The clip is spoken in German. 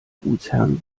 gutsherren